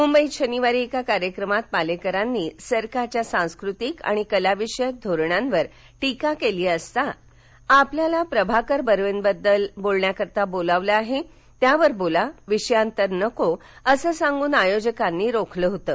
मुंबईत शनिवारी एका कार्यक्रमात पालेकरांनी सरकारच्या सांस्कृतिक आणि कलाविषयक धोरणांवर टीका केली असता आपल्याला प्रभाकर बर्वेबद्दल बोलण्याकरता बोलावलं आहे त्यावर बोला विषयांतर नको असं सांगून आयोजकांनी रोखलं होतं